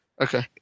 Okay